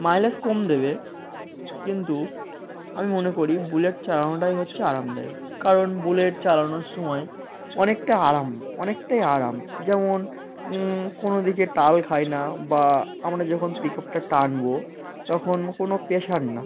mileage কম দেবে কিন্তু আমি মনে করি বুলেট চালানোটাই হচ্ছে আরামদায়ক কারণ বুলেট চালানোর সময় অনেকটা আরাম অনেকটাই আরাম যেমন কোনো দিকে টাল খায় না বা আমরা যখন পিক আপটা টানবো তখন কোনো প্রেশার না